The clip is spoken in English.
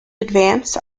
advance